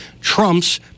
trumps